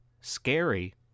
scary